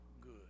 good